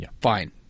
Fine